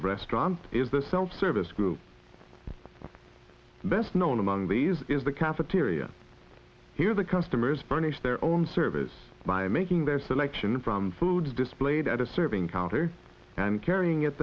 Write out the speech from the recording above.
of restaurant is the self service group best known among these is the cafeteria here the customers burnish their own service by making their selection from foods displayed at a serving counter and carrying it